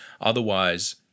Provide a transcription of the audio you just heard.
Otherwise